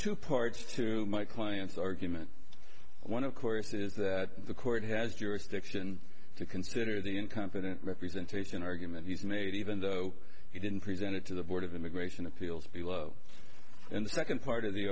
two parts to my client's argument one of course is that the court has jurisdiction to consider the incompetent representation argument he's made even though he didn't present it to the board of immigration appeals below and the second part of the